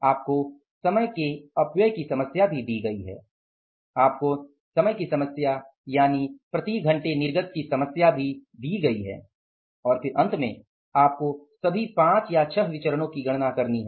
आपको समय का अपव्यय की समस्या भी दी गई है आपको समय की समस्या यानि प्रति घंटे निर्गत की समस्या भी दी गई है और फिर अंत में आपको सभी पांच या छह विचरणो की गणना करनी है